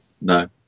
no